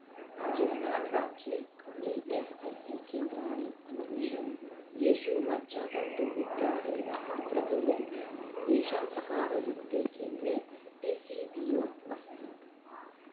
राजस्थान् राज्ये E S I C केन्द्राणि अन्विष येषु मज्जातन्तुविद्यासेवाः प्रदीयन्ते येषां प्रकारयुक्ते केन्द्रे डी सी बी ओ अस्ति